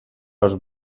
los